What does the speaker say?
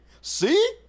see